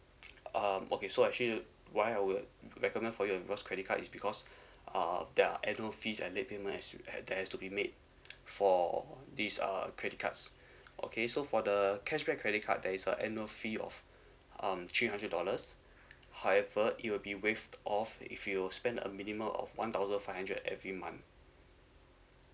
um okay so actually why I would recommend for you a rewards credit card is because uh there are annual fees and late payment as you had that has to be made for this uh credit cards okay so for the cashback credit card there is a annual fee of um three hundred dollars however it will be waived off if you spend a minimum of one thousand five hundred every month